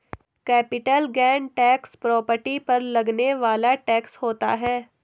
capital gain tax property पर लगने वाला टैक्स होता है